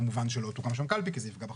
כמובן שלא תוקם שם קלפי כי זה יפגע בחשאיות.